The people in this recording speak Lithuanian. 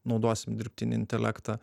naudosim dirbtinį intelektą